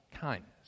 kindness